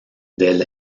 del